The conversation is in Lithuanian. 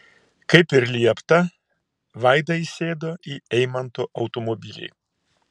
kaip ir liepta vaida įsėdo į eimanto automobilį